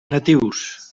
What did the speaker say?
natius